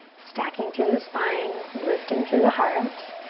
stacking through the spine, lifting through the heart.